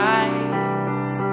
eyes